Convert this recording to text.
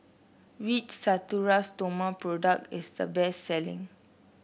which Natura Stoma product is the best selling